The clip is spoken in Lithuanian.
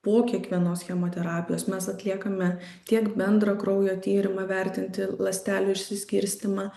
po kiekvienos chemoterapijos mes atliekame tiek bendrą kraujo tyrimą vertinti ląstelių išsiskirstymą